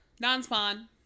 Non-spawn